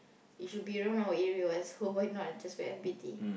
it should be around our area what so why not I just wear F_B_T